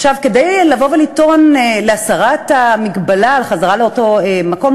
כדי לטעון להסרת המגבלה על חזרה לאותו מקום,